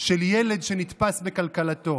של ילד שנתפס בקלקלתו,